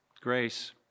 grace